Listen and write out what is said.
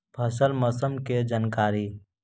फसल मौसम के जानकारी?